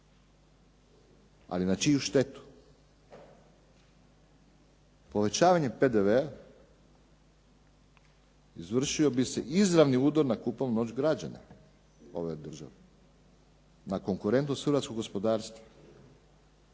Ali na čiju štetu? Povećavanje PDV-a izvršio bi se izravni udar na kupovnu moć građana ove države, na konkurentnost hrvatskog gospodarstva